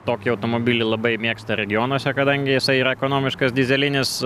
tokį automobilį labai mėgsta regionuose kadangi jisai yra ekonomiškas dyzelinis